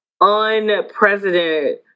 unprecedented